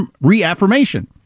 reaffirmation